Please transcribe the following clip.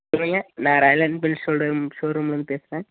சொல்லுங்கள் நான் Royal Enfield showroom ஷோ ரூம்லருந்து பேசுகிறேன்